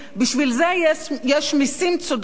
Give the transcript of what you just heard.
בשביל זה יש מסים צודקים,